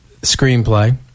Screenplay